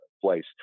Place